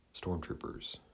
stormtroopers